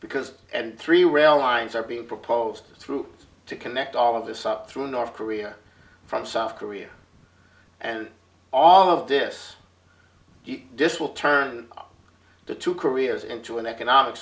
because and three rail lines are being proposed through to connect all of this up through north korea from south korea and all of this disc will turn up the two koreas into an economic